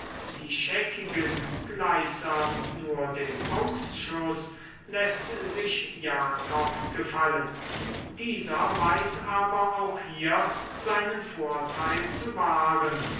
die scheckigen gleichsam nur den ausschuß läßt sich jakob gefallen dieser weiß aber auch hier seinen vorteil zu wahren